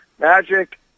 magic